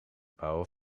bouwen